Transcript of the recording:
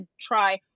try